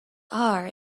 are